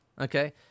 okay